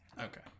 okay